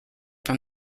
from